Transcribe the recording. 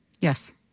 Yes